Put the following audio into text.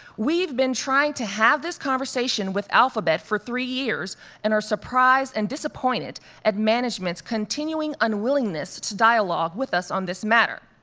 we've been trying to have this conversation with alphabet for three years and are surprised and disappointed at management's continuing unwillingness to dialogue with us on this matter.